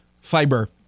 Fiber